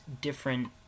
different